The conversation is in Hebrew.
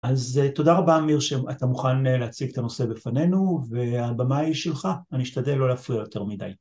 ‫אז תודה רבה, אמיר, ‫שאתה מוכן להציג את הנושא בפנינו, ‫והבמה היא שלך, ‫אני אשתדל לא להפריע יותר מדי.